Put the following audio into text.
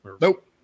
Nope